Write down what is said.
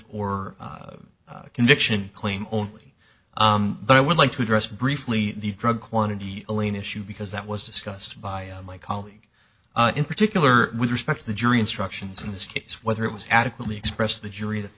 or conviction claim only but i would like to address briefly the drug quantity only an issue because that was discussed by my colleague in particular with respect to the jury instructions in this case whether it was adequately express the jury that the